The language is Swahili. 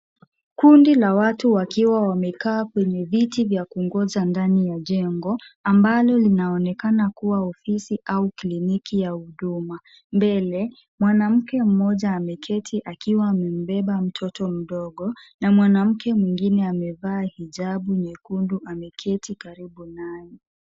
Kundi la watu wakiwa wamekaa kwenye viti vya kungoja ndani ya jengo ambalo linaonekana kuwa ofisi au kliniki ya huduma. Mbele mwanamke mmoja ameketi akiwa amembeba mtoto mdogo na mwanamke mwingine amevaa hijabu nyekundu ameketi karibu naye.